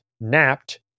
napped